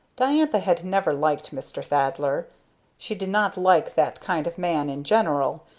diantha had never liked mr. thaddler she did not like that kind of man in general,